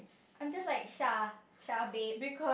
I'm just like sha-sha babe